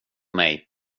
mig